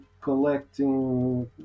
collecting